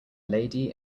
lady